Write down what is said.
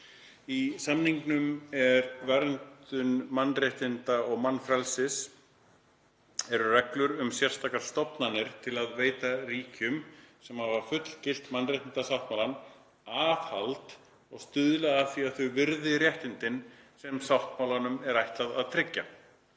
„Í samningnum um verndun mannréttinda og mannfrelsis eru reglur um sérstakar stofnanir til að veita ríkjunum, sem hafa fullgilt mannréttindasáttmálann, aðhald og stuðla að því að þau virði réttindin, sem sáttmálanum er ætlað að tryggja.